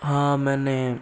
हाँ मैंने